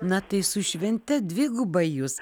na tai su švente dviguba jus